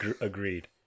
Agreed